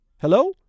Hello